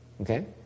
Okay